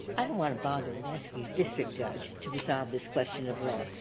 i don't want to bother with asking a district judge to resolve this question of law.